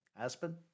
Aspen